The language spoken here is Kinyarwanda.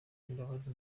imbabazi